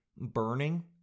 burning